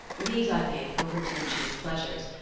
these, i think, were her two chief pleasures,